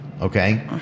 okay